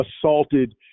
assaulted